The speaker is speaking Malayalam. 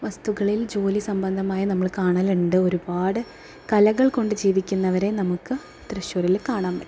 വസ്തുക്കളിൽ ജോലിസംബന്ധമായ നമ്മൾ കാണലുണ്ട് ഒരുപാട് കലകൾ കൊണ്ട് ജീവിക്കുന്നവരെ നമുക്ക് തൃശ്ശൂരിൽ കാണാൻ പറ്റും